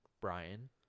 Brian